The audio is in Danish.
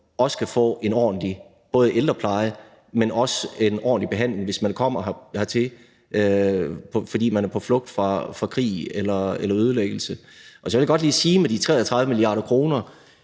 både kan få en ordentlig ældrepleje, men også en ordentlig behandling, hvis man kommer hertil, fordi man er på flugt fra krig eller ødelæggelse. Så vil jeg godt lige sige med hensyn til de